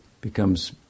becomes